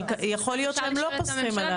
אבל יכול להיות שהם לא פוסחים.